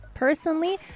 personally